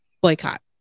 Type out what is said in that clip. boycott